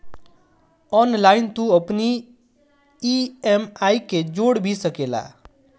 online तू अपनी EMI के जोड़ भी सकेला